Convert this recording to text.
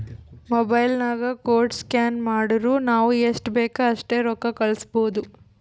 mobile ನಾಗ್ ಕೋಡ್ಗ scan ಮಾಡುರ್ ನಾವ್ ಎಸ್ಟ್ ಬೇಕ್ ಅಸ್ಟ್ ರೊಕ್ಕಾ ಕಳುಸ್ಬೋದ್